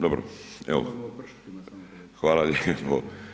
Dobro, evo, hvala lijepo.